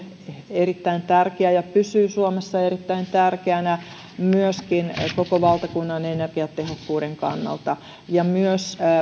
erittäin tärkeä ja pysyy suomessa erittäin tärkeänä myöskin koko valtakunnan energiatehokkuuden kannalta ja myös